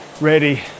ready